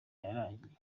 yarangiye